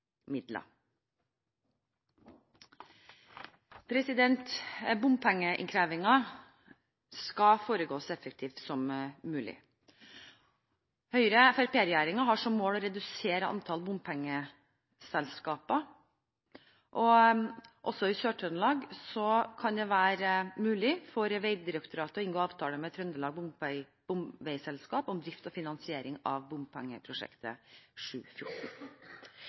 skal foregå så effektivt som mulig. Høyre–Fremskrittsparti-regjeringen har som mål å redusere antall bompengeselskaper. Også i Sør-Trøndelag kan det være mulig for Veidirektoratet å inngå avtale med Trøndelag Bomveiselskap om drift og finansiering av bompengeprosjektet